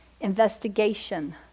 investigation